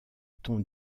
ton